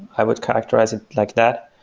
i would characterize it like that.